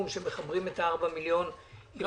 סיכמנו עם משרד האוצר על חמישה מיליון שקל